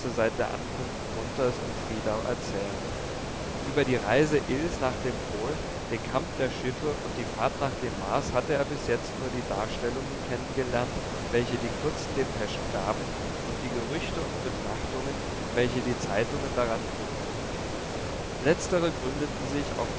seit der ankunft grunthes in friedau erzählen über die reise ills nach dem pol den kampf der schiffe und die fahrt nach dem mars hatte er bis jetzt nur die darstellungen kennengelernt welche die kurzen depeschen gaben und die gerüchte und betrachtungen welche die zeitungen daran knüpften letztere gründeten sich auf